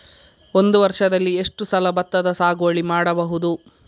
ಒಂದು ವರ್ಷದಲ್ಲಿ ಎಷ್ಟು ಸಲ ಭತ್ತದ ಸಾಗುವಳಿ ಮಾಡಬಹುದು?